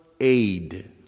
aid